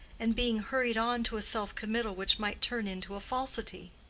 and being hurried on to a self-committal which might turn into a falsity.